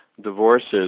divorces